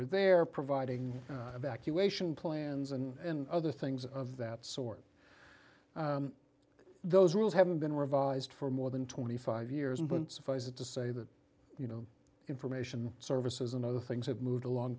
are there providing evacuation plans and other things of that sort those rules haven't been revised for more than twenty five years but suffice it to say that you know information services and other things have moved along